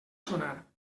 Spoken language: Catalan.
sonar